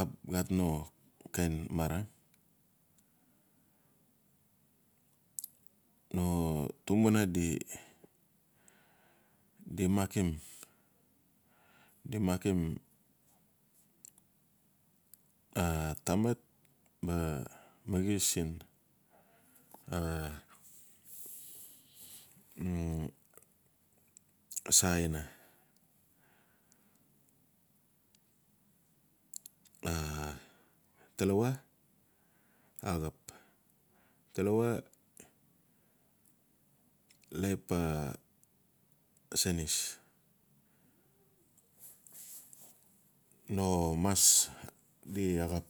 ap gat no kind marargi no tumbuna di makim-di makim tamat ma maxis siin sa aina. A talawa axap. talawa life a senis no mas di axap.